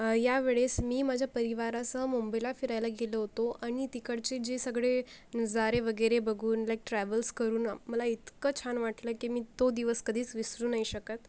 यावेळेस मी माझ्या परिवारासह मुंबईला फिरायला गेलो होतो आणि तिकडचे जे सगळे नजारे वगैरे बघून लाईक ट्रॅव्हल्स करून मला इतकं छान वाटलं की मी तो दिवस कधीच विसरू नाही शकत